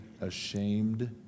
ashamed